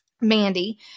Mandy